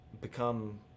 become